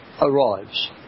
arrives